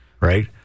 right